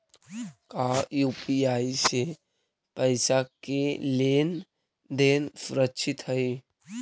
का यू.पी.आई से पईसा के लेन देन सुरक्षित हई?